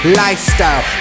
lifestyle